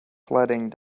sledding